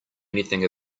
anything